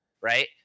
right